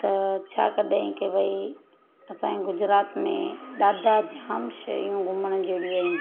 त छा कॾहिं की भई असांजे गुजरात में ॾाढा जाम शयूं घुमण जहिड़ियूं आहिनि